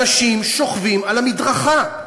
אנשים שוכבים על המדרכה.